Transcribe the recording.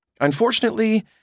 Unfortunately